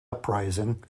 uprising